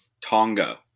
Tonga